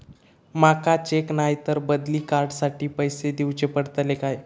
माका चेक नाय तर बदली कार्ड साठी पैसे दीवचे पडतले काय?